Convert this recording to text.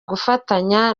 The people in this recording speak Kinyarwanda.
gufatanya